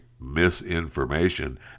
misinformation